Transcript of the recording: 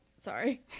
sorry